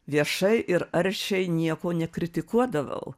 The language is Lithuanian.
viešai ir aršiai nieko nekritikuodavau